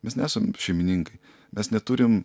mes nesam šeimininkai mes neturim